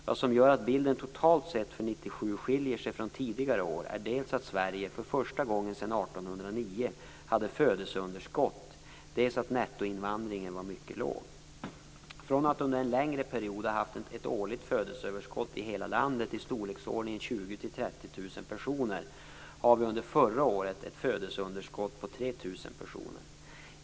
Vad som gör att bilden totalt sett för 1997 skiljer sig från tidigare år är dels att Sverige, för första gången sedan 1809, hade födelseunderskott, dels att nettoinvandringen var mycket låg. Från att under en längre period ha haft ett årligt födelseöverskott i hela landet i storleksordningen 20 000-30 000 personer har vi under förra året således ett födelseunderskott på 3 000 personer.